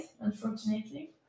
unfortunately